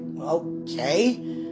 okay